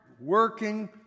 working